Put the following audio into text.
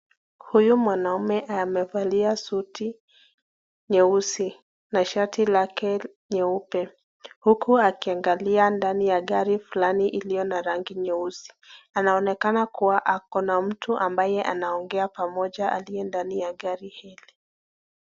Huyu mwanaume amevalia suti nyeusi na shati lake nyeupe, huku akiangalia ndani ya gari flani iliyo na rangi nyeusi. Anaonekana kuwa ako na mtu ambaye anaongea pamoja aliye ndani ya gari hili.